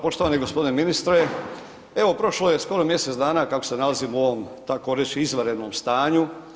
Poštovani g. ministre, evo prošlo je skoro mjesec dana kako se nalazimo u ovom takoreći izvanrednom stanju.